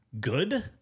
good